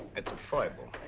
it's a foible.